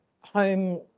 home